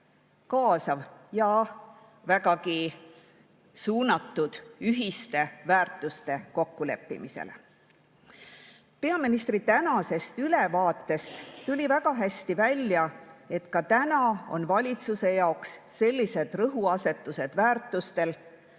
kaasav ja vägagi suunatud ühiste väärtuste kokkuleppimisele. Peaministri tänasest ülevaatest tuli väga hästi välja, et ka täna on valitsuse rõhuasetused sellistel väärtustel